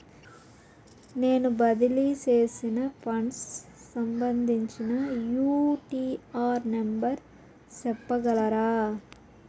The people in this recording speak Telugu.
నేను బదిలీ సేసిన ఫండ్స్ సంబంధించిన యూ.టీ.ఆర్ నెంబర్ సెప్పగలరా